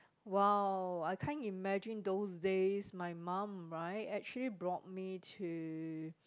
!wow! I can't imagine those days my mum right actually brought me to